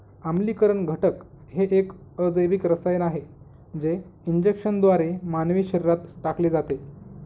आम्लीकरण घटक हे एक अजैविक रसायन आहे जे इंजेक्शनद्वारे मानवी शरीरात टाकले जाते